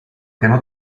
piano